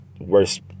worse